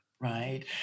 right